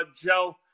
Joe